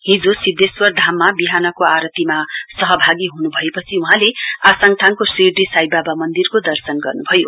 हिजो सिध्देश्वर धाममा विहानको आरतीमा सहभागी हुनुभएपछि वहाँलाई आसाङथाङको शिरड़ी साईबाबा मन्दीरको दर्शन गर्नुभयो